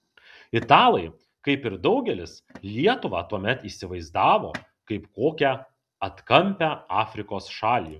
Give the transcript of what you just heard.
italai kaip ir daugelis lietuvą tuomet įsivaizdavo kaip kokią atkampią afrikos šalį